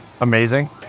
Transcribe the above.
Amazing